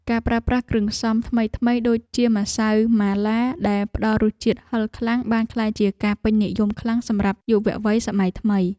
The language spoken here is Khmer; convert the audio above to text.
ការប្រើប្រាស់គ្រឿងផ្សំថ្មីៗដូចជាម្សៅម៉ាឡា ដែលផ្ដល់រសជាតិហឹរខ្លាំងបានក្លាយជាការពេញនិយមខ្លាំងសម្រាប់យុវវ័យសម័យថ្មី។